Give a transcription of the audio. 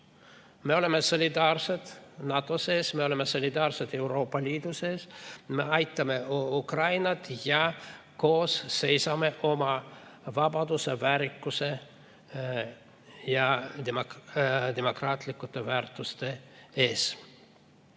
Me oleme solidaarsed NATO sees, me oleme solidaarsed Euroopa Liidu sees. Me aitame Ukrainat ning me seisame koos oma vabaduse, väärikuse ja demokraatlike väärtuste eest. Kui